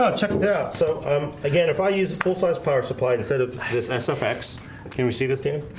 ah check that so um again if i use a full-sized power supply instead of this sfx can we see the steam?